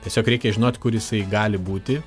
tiesiog reikia žinot kur jisai gali būti